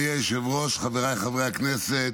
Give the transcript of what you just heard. אדוני היושב-ראש, חבריי חברי הכנסת,